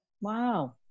Wow